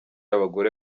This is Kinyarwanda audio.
abagore